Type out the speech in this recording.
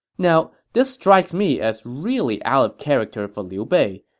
now, this strikes me as really out of character for liu bei.